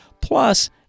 Plus